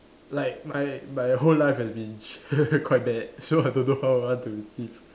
like my my whole life has been quite bad so I don't know how I want to fix